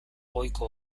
goiko